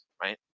Right